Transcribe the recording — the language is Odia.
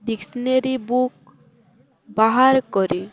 ଡିକ୍ସନେରୀ ବୁକ୍ ବାହାର କରି